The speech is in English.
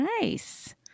nice